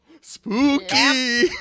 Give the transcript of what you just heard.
Spooky